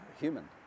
human